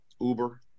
Uber